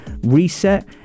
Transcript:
reset